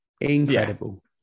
Incredible